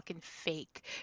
fake